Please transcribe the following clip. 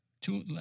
two